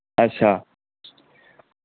अच्छा